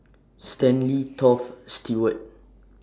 Stanley Toft Stewart